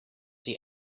see